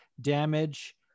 damage